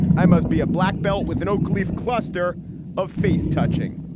i must be a black belt with an oak leaf cluster of face touching.